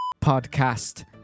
podcast